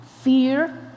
fear